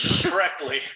correctly